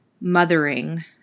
mothering